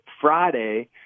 Friday